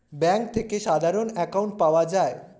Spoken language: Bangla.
ব্যাঙ্ক থেকে সাধারণ অ্যাকাউন্ট পাওয়া যায়